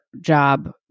job